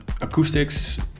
Acoustics